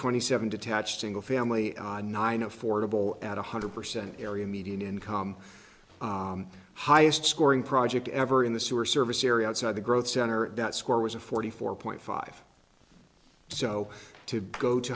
twenty seven detached single family nine affordable at one hundred percent area median income highest scoring project ever in the sewer service area outside the growth center that score was a forty four point five so to go